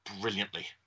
brilliantly